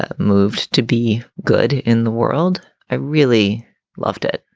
ah moved to be good in the world. i really loved it.